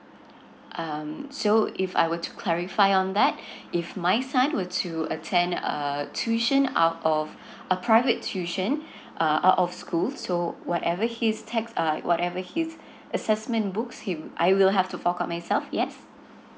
um so if I were to clarify on that if my son were to attend tuition out of a private tuition uh out of school so whatever his text~ err whatever his assessment books him I will have to fork out myself yes